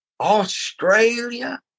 Australia